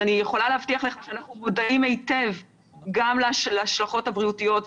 אני יכולה להבטיח לך שאנחנו מודעים היטב גם להשלכות הבריאותיות,